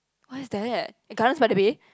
what is that at Gardens-by-the-Bay